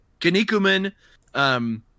Kanikuman